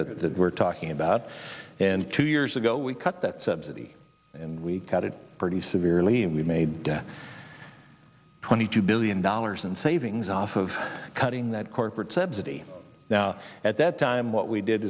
does that we're talking about and two years ago we cut that subsidy and we cut it pretty severely and we made twenty two billion dollars in savings off of cutting that corporate subsidy now at that time what we did